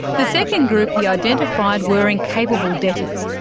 the second group he identified were incapable debtors,